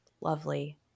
lovely